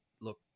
look